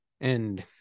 And-